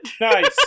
Nice